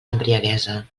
embriaguesa